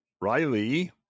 riley